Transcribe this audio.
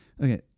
Okay